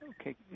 Okay